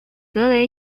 格雷